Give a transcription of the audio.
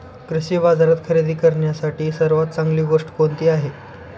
कृषी बाजारात खरेदी करण्यासाठी सर्वात चांगली गोष्ट कोणती आहे?